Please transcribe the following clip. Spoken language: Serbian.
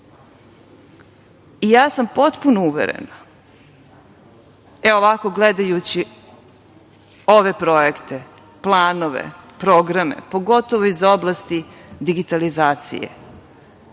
sam uverena, evo ovako gledajući ove projekte, planove, programe, pogotovo iz oblasti digitalizacije,